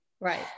Right